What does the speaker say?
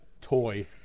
toy